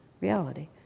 reality